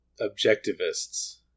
objectivists